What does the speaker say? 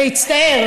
להצטער.